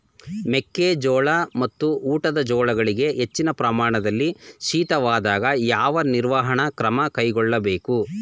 ಮೆಕ್ಕೆ ಜೋಳ ಮತ್ತು ಊಟದ ಜೋಳಗಳಿಗೆ ಹೆಚ್ಚಿನ ಪ್ರಮಾಣದಲ್ಲಿ ಶೀತವಾದಾಗ, ಯಾವ ನಿರ್ವಹಣಾ ಕ್ರಮ ಕೈಗೊಳ್ಳಬೇಕು?